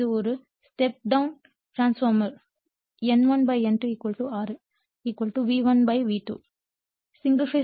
எனவே இது ஒரு step down transformer N1 N2 6 V1 V2